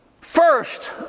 first